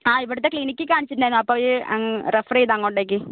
ആ ഇവിടുത്തെ ക്ലിനിക്കിൽ കാണിച്ചിട്ടുണ്ടായിരുന്നു അപ്പോൾ അവർ റെഫർ ചെയ്ത് അങ്ങോട്ടേക്ക്